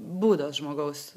būdas žmogaus